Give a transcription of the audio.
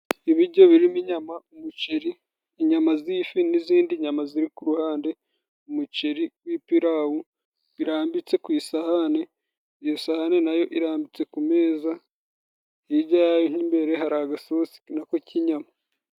Ibiryo birimo inyama, umuceri, inyama z'ifi n'izindi nyama ziri ku ruhande, umuceri w'ipirawu birambitse ku isahani, iyo sahani nayo irambitse ku meza, hirya imbere hari agasosi nako kinyama.